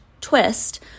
twist